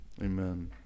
Amen